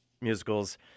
musicals